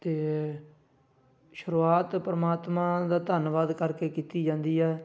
ਅਤੇ ਸ਼ੁਰੂਆਤ ਪਰਮਾਤਮਾ ਦਾ ਧੰਨਵਾਦ ਕਰਕੇ ਕੀਤੀ ਜਾਂਦੀ ਹੈ